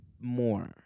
more